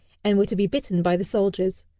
and were to be bitten by the soldiers.